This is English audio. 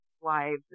Wives